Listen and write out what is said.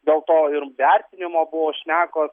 dėl to ir vertinimo buvo šnekos